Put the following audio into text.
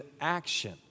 action